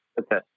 okay